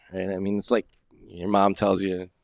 and i mean, it's like your mom tells you